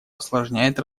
осложняет